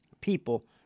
people